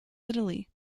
italy